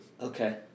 Okay